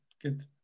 Good